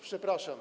Przepraszam.